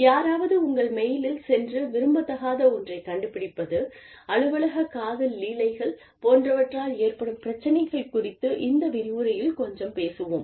யாராவது உங்கள் மெயிலில் சென்று விரும்பத்தகாத ஒன்றைக் கண்டுபிடிப்பது அலுவலக காதல் லீலைகள் போன்றவற்றால் ஏற்படும் பிரச்சனைகள் குறித்து இந்த விரிவுரையில் கொஞ்சம் பேசுவோம்